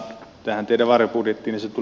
tähän teidän varjobudjettiinne